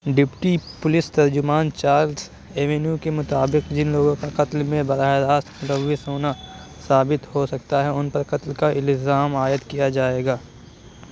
deputy police ترجمان Charles Owino کے مطابق جن لوگوں کا قتل میں براہِ راست ملوث ہونا ثابت ہو سکتا ہے ان پر قتل کا الزام عائد کیا جائے گا